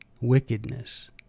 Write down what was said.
wickedness